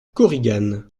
korigane